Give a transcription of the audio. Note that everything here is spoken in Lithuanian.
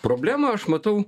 problemą aš matau